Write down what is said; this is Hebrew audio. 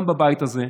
גם בבית הזה,